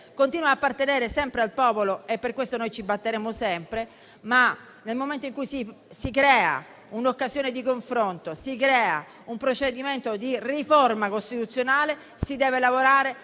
che il potere appartiene sempre al popolo e per questo ci batteremo sempre. Nel momento però in cui si creano un'occasione di confronto e un procedimento di riforma costituzionale, si deve lavorare